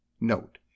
Note